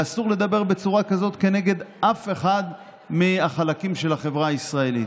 ואסור לדבר בצורה כזאת כנגד אף אחד מהחלקים של החברה הישראלית.